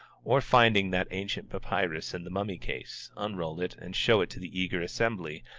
or finding that ancient papyrus in the mummy-case, unroll it and show it to the eager assembly,